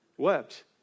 wept